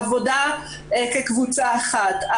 העבודה כקבוצה אחת,